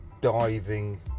diving